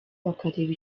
bakareba